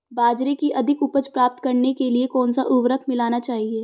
बाजरे की अधिक उपज प्राप्त करने के लिए कौनसा उर्वरक मिलाना चाहिए?